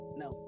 no